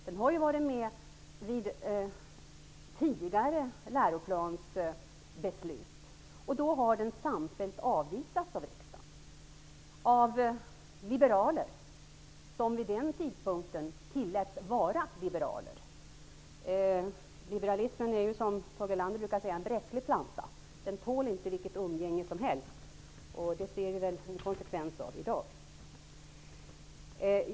Den har ju varit med vid tidigare läroplansbeslut. Då har den samfällt avvisats av riksdagen, av liberaler som vid den tidpunkten tilläts vara liberaler. Liberalismen är ju, som Tage Erlander brukade säga, en bräcklig planta. Den tål inte vilket umgänge som helst. Det ser vi en konsekvens av i dag.